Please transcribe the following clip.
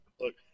Look